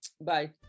Bye